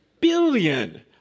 Billion